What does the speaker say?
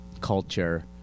culture